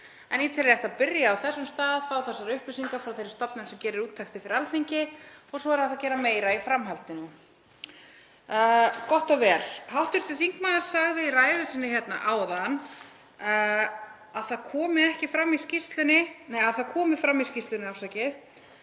En ég tel rétt að byrja á þessum stað, fá þessar upplýsingar frá þeirri stofnun sem gerir úttektir fyrir Alþingi og svo er hægt að gera meira í framhaldinu.“ En gott og vel. Hv. þingmaður sagði í ræðu sinni hérna áðan að það komi fram í skýrslunni að